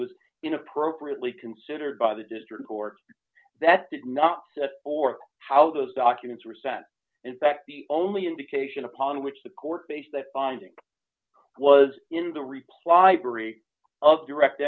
was in appropriately considered by the district court that did not or how those documents were set in fact the only indication upon which the court based their finding was in the